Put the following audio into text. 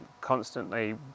constantly